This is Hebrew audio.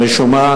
ומשום מה,